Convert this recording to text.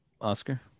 Oscar